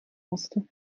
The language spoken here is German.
musste